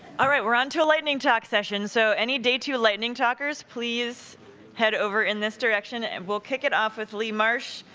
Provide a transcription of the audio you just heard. alright, we're on to a lightning talk session, so any day two lightning talkers, please head over in this direction. and we'll kick it off with leigh marsh.